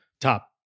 top